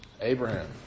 Abraham